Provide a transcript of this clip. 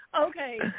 Okay